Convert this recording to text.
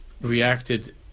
reacted